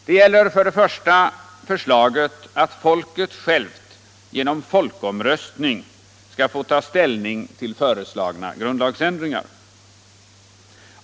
Den första punkten gäller förslaget att folket självt genom folkomröstning skall få ta ställning till föreslagna grundlagsändringar.